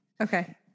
Okay